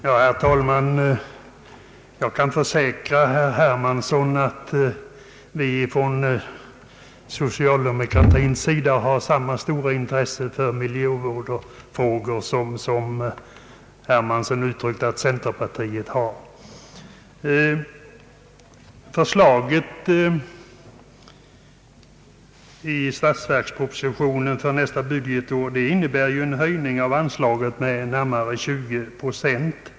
Herr talman! Jag kan försäkra herr Hermansson att vi i socialdemokratin har samma stora intresse för miljövårdsfrågorna som herr Hermansson framhöll att centerpartiet har. Förslaget i statsverkspropositionen för nästa budgetår innebär ju en höjning av anslaget med närmare 20 procent.